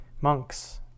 monks